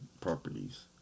properties